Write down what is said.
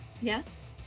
Yes